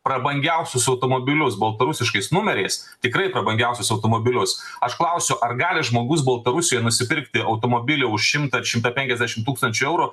prabangiausius automobilius baltarusiškais numeriais tikrai prabangiausius automobilius aš klausiu ar gali žmogus baltarusijoj nusipirkti automobilį už šimtą šimtą penkiasdešimt tūkstančių eurų